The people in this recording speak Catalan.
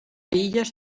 illes